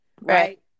right